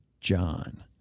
John